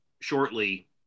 shortly